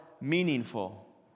meaningful